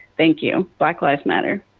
thank you. black lives matter.